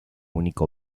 único